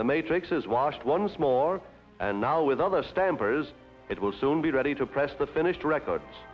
the matrix is washed once more and now with other stampers it will soon be ready to press the finished record